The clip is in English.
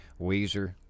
weezer